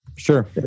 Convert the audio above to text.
Sure